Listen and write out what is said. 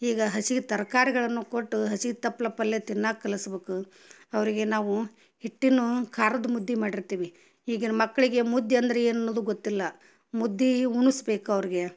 ಈಗ ಹಸಿ ತರಕಾರಿಗಳನ್ನು ಕೊಟ್ಟು ಹಸಿ ತಪ್ಲು ಪಲ್ಯ ತಿನ್ನಕ್ಕೆ ಕಲಿಸ್ಬೇಕು ಅವರಿಗೆ ನಾವು ಹಿಟ್ಟಿನ ಖಾರದ ಮುದ್ದೆ ಮಾಡಿರ್ತೀವಿ ಈಗಿನ ಮಕ್ಕಳಿಗೆ ಮುದ್ದೆ ಅಂದರೆ ಏನು ಅನ್ನುವುದು ಗೊತ್ತಿಲ್ಲ ಮುದ್ದೆ ಉಣ್ಸ್ಬೇಕು ಅವ್ರಿಗೆ